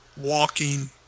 Walking